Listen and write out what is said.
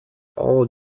all